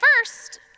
first